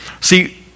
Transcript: See